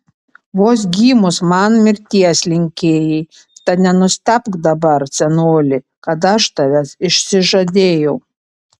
vos gimus man mirties linkėjai tad nenustebk dabar senoli kad aš tavęs išsižadėjau